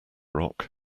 rock